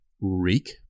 Reek